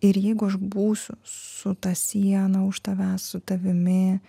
ir jeigu aš būsiu su ta siena už tavęs su tavimi